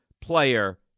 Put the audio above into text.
player